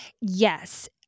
Yes